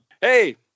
hey